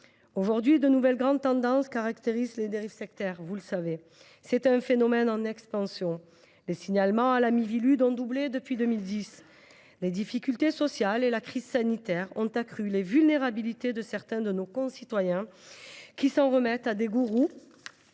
Aujourd’hui, de nouvelles grandes tendances caractérisent les dérives sectaires. Ces phénomènes sont en expansion, et les signalements à la Miviludes ont doublé depuis 2010. Les difficultés sociales et la crise sanitaire ont accru la vulnérabilité de certains de nos concitoyens, qui s’en remettent à des gourous,